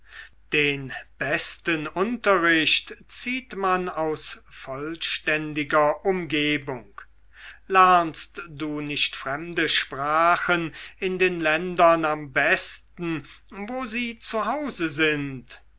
den besten unterricht zieht man aus vollständiger umgebung lernst du nicht fremde sprachen in den ländern am besten wo sie zu hause sind